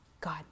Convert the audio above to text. God